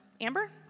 Amber